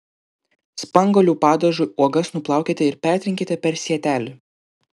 spanguolių padažui uogas nuplaukite ir pertrinkite per sietelį